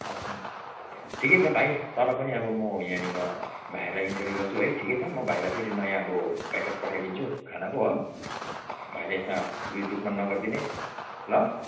अच्छा ठिकै छ भाइ तर पनि अब म यहाँनिर भाइहरूलाई इन्क्वायरी गर्छु है ठिकै छ म भाइलाई फेरि नयाँ अब प्याकेट पठाइदिन्छु खानाको हो भाइले यसमा उही दुःखमन नगरिदिने ल